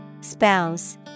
Spouse